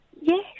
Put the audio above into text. Yes